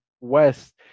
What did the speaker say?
West